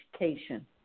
education